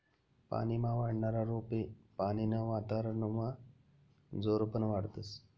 पानीमा वाढनारा रोपे पानीनं वातावरनमा जोरबन वाढतस